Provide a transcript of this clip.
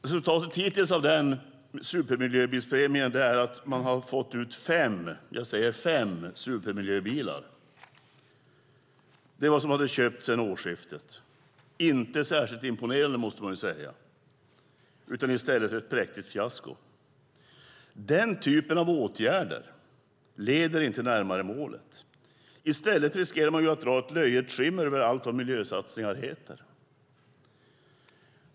Resultatet hittills av supermiljöbilspremien är att det har köpts fem - jag säger fem - supermiljöbilar. Det är vad som har köpts sedan årsskiftet - inte särskilt imponerande, måste jag säga, utan i stället ett präktigt fiasko. Den typen av åtgärder leder inte närmare målet. I stället riskerar de att dra ett löjets skimmer över allt vad miljösatsningar heter.